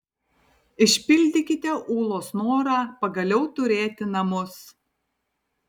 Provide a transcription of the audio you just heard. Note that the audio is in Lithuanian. išpildykite ūlos norą pagaliau turėti namus